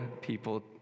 people